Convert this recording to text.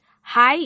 hi